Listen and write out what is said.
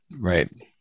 right